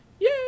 Yay